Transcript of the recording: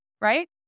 right